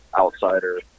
outsider